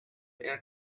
air